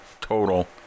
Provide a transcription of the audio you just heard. total